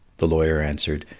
the lawyer answered,